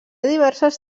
diverses